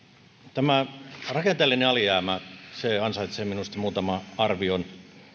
tämä rakenteellinen alijäämä ansaitsee minusta muutaman arvion